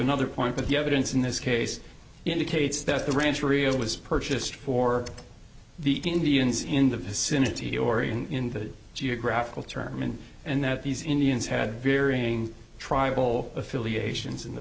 another point but the evidence in this case indicates that the ranch area was purchased for the indians in the vicinity or even in the geographical term and and that these indians had varying tribal affiliations in the